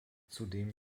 zudem